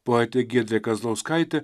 poetė giedrė kazlauskaitė